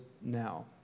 now